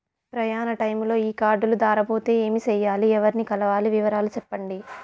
ప్రయాణ టైములో ఈ కార్డులు దారబోతే ఏమి సెయ్యాలి? ఎవర్ని కలవాలి? వివరాలు సెప్పండి?